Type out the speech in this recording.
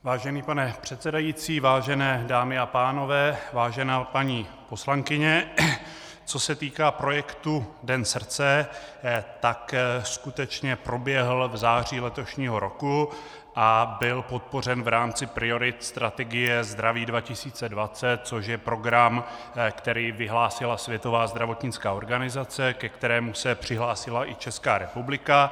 Vážený pane předsedající, vážené dámy a pánové, vážená paní poslankyně, co se týká projektu Den srdce, skutečně proběhl v září letošního roku a byl podpořen v rámci priorit strategie Zdraví 2020, což je program, který vyhlásila Světová zdravotnická organizace, ke kterému se přihlásila i Česká republika.